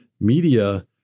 media